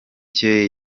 cye